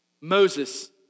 Moses